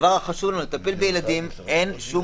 בדבר החשוב של טיפול בילדים אין שום